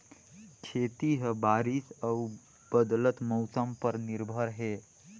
खेती ह बारिश अऊ बदलत मौसम पर निर्भर हे